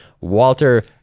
Walter